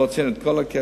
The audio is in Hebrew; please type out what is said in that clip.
לא הוצאנו את כל הכסף.